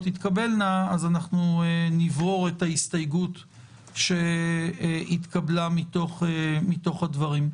תתקבלנה אז אנחנו נברור את ההסתייגות שהתקבלה מתוך הדברים.